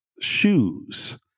shoes